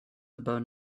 about